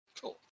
Cool